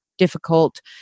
difficult